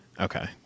Okay